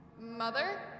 Mother